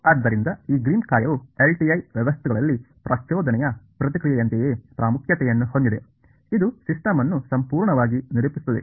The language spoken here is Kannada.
ಆದ್ದರಿಂದ ಈ ಗ್ರೀನ್ಸ್ ಕಾರ್ಯವು LTI ವ್ಯವಸ್ಥೆಗಳಲ್ಲಿ ಪ್ರಚೋದನೆಯ ಪ್ರತಿಕ್ರಿಯೆಯಂತೆಯೇ ಪ್ರಾಮುಖ್ಯತೆಯನ್ನು ಹೊಂದಿದೆ ಇದು ಸಿಸ್ಟಮ್ ಅನ್ನು ಸಂಪೂರ್ಣವಾಗಿ ನಿರೂಪಿಸುತ್ತದೆ